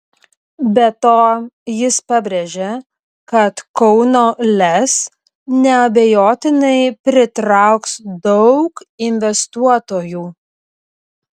be to jis pabrėžė kad kauno lez neabejotinai pritrauks daug investuotojų